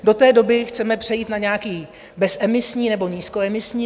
Do té doby chceme přejít na nějaké bezemisní nebo nízkoemisní.